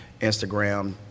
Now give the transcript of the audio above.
Instagram